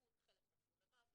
חלק נסעו לבית ספר "רעות",